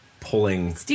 pulling